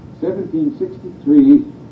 1763